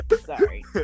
Sorry